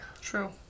True